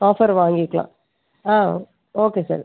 offer வாங்கிக்கலாம் ஆ okay sir